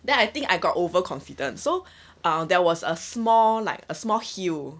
then I think I got overconfident so uh there was a small like a small hill